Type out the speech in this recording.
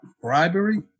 Bribery